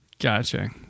Gotcha